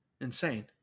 Insane